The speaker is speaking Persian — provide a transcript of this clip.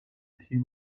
تیم